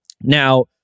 Now